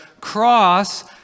cross